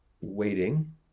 waiting